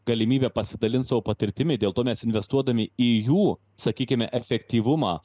galimybę pasidalinti savo patirtimi dėl to mes investuodami į jų sakykime efektyvumą